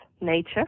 nature